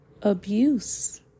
abuse